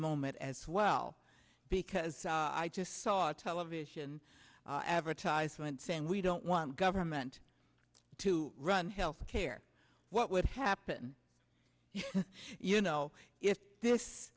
moment as well because i just saw television advertisements and we don't want government to run health care what would happen you know if this